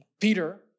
Peter